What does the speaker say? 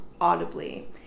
audibly